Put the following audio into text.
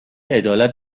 عدالت